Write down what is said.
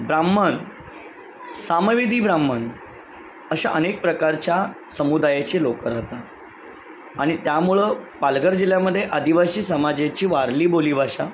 ब्राह्मण सामवेदी ब्राह्मण अशा अनेक प्रकारच्या समुदायाचे लोक राहतात आणि त्यामुळं पालगर जिल्ह्यामध्ये आदिवासी समाजाची वारली बोलीभाषा